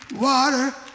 water